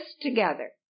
together